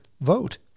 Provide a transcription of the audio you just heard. vote